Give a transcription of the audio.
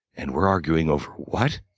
and we're arguing over what?